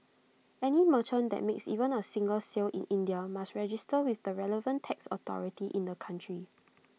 any merchant that makes even A single sale in India must register with the relevant tax authority in the country